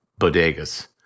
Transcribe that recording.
bodegas